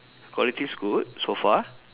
quality is good so far